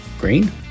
green